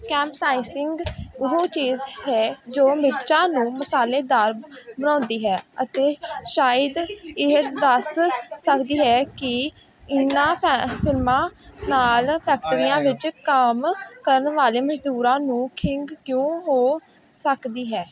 capsaicin ਉਹ ਚੀਜ਼ ਹੈ ਜੋ ਮਿਰਚਾਂ ਨੂੰ ਮਸਾਲੇਦਾਰ ਬਣਾਉਂਦੀ ਹੈ ਅਤੇ ਸ਼ਾਇਦ ਇਹ ਦੱਸ ਸਕਦੀ ਹੈ ਕਿ ਇਹਨਾਂ ਫੈ ਫਿਰਮਾਂ ਨਾਲ ਫੈਕਟਰੀਆਂ ਵਿੱਚ ਕੰਮ ਕਰਨ ਵਾਲੇ ਮਜ਼ਦੂਰਾਂ ਨੂੰ ਖੰਘ ਕਿਉਂ ਹੋ ਸਕਦੀ ਹੈ